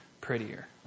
prettier